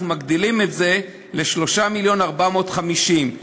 אנחנו מגדילים את זה ל-3.45 מיליון,